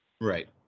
Right